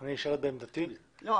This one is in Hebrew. אני נשארת בעמדתי, לא.